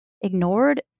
ignored